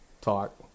talk